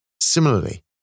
Similarly